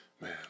Man